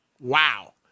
Wow